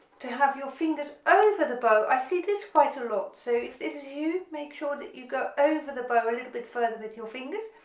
to have your fingers over the bow, i see this quite a lot so if this is you make sure that you go over the bow a little bit further with your fingers,